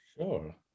Sure